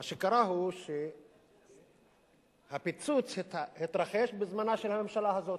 מה שקרה הוא שהפיצוץ התרחש בזמנה של הממשלה הזאת.